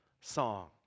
song